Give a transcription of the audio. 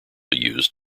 used